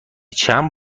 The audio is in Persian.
چند